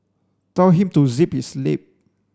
tell him to zip his lip